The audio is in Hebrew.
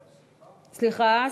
לא, סליחה.